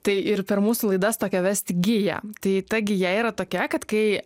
tai ir per mūsų laidas tokią vesti giją tai ta gija yra tokia kad kai